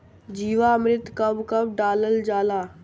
जीवामृत कब कब डालल जाला?